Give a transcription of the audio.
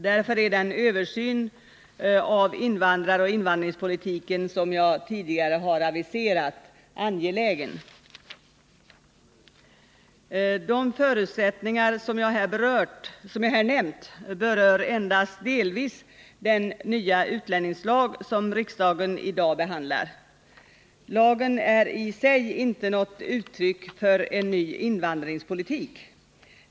Därför är den översyn av invandraroch invandringspolitik som jag tidigare har aviserat angelägen. De förutsättningar som jag har nämnt berör endast delvis den nya utlänningslag som riksdagen i dag behandlar. Lagen är i sig inte något uttryck för en ny invandringspolitik.